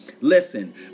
Listen